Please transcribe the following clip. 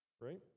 right